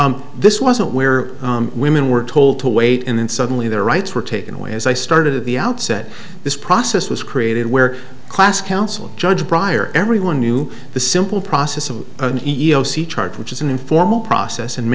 honor this wasn't where women were told to wait and then suddenly their rights were taken away as i started at the outset this process was created where class counsel judge bryer everyone knew the simple process of ios each charge which is an informal process and